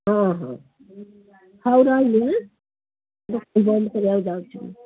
ହଁ ହଁ ହଉ ରହିଲି ବନ୍ଦ କରିବାକୁ ଯାଉଛି ମୁଁ